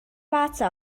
warze